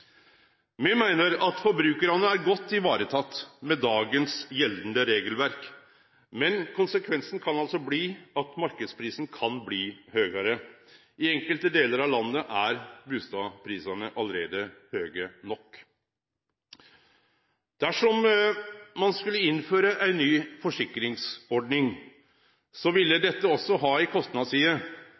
Me meiner at forbrukarane er godt ivaretatt med dagens gjeldande regelverk, men konsekvensen kan altså bli at marknadsprisen kan bli høgare. I enkelte delar av landet er bustadprisane allereie høge nok. Dersom man skulle innføre ei ny forsikringsordning, ville dette òg ha ei kostnadsside,